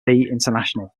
international